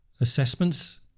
assessments